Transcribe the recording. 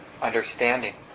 understanding